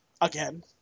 Again